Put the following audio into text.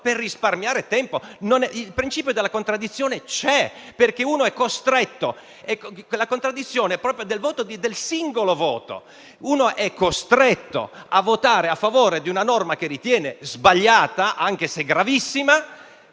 per risparmiare tempo. Il principio della contraddizione c'è; la contraddizione è proprio del singolo voto: uno è costretto a votare a favore di una norma che ritiene sbagliata, anche se gravissima,